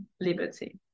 liberty